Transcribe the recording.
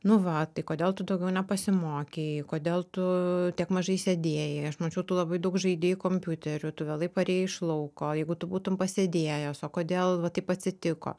nu va tai kodėl tu daugiau nepasimokei kodėl tu tiek mažai sėdėjai aš mačiau tu labai daug žaidei kompiuteriu tu vėlai parėjai iš lauko jeigu tu būtum pasėdėjęs o kodėl va taip atsitiko